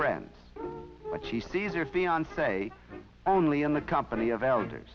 friends but she sees her fiance only in the company of elders